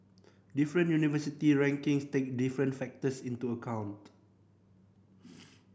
different university rankings take different factors into account